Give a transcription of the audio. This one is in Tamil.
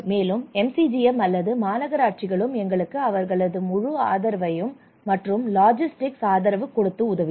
மேலும் MCGM அல்லது மாநகராட்சிகளும் எங்களுக்கு அவர்களது முழு ஆதரவையும் மற்றும் லாஜிஸ்டிக்ஸ் ஆதரவு கொடுத்து உதவினர்